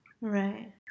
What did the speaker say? Right